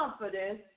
confidence